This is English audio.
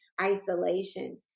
Isolation